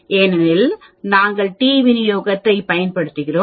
ஏனெனில் நாங்கள் டி விநியோகத்தைப் பயன்படுத்துகிறோம்